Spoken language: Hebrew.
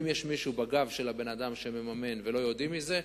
אם יש מישהו בגב של הבן-אדם שמממן ולא יודעים מזה,